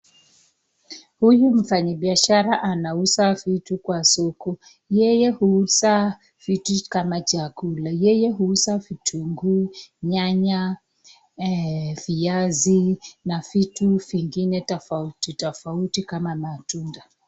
Huyu mfanyibiashara a uuza vitu kwa soko yeye uuza vitu kama chakula yeye uuza vitunguu, nyanya viazi na vitu zingine tafauti tafauti kama matunda.